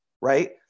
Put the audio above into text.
right